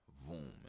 boom